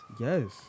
Yes